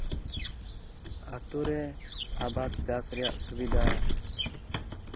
ᱟᱹᱛᱩ ᱨᱮ ᱟᱵᱟᱫ ᱪᱟᱥ ᱨᱮᱭᱟᱜ ᱥᱩᱵᱤᱫᱟ